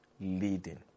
leading